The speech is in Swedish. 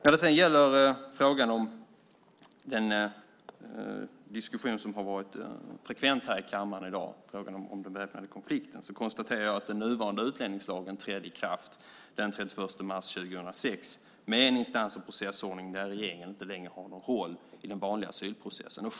När det gäller den diskussion som har varit frekvent här i kammaren i dag, frågan om väpnad konflikt, konstaterar jag att den nuvarande utlänningslagen trädde i kraft den 31 mars 2006 med en instans och processordning där regeringen inte längre har någon roll i den vanliga asylprocessen.